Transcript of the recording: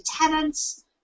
tenants